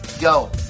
go